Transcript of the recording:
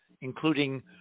including